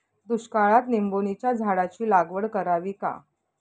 दुष्काळात निंबोणीच्या झाडाची लागवड करावी का?